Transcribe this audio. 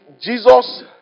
Jesus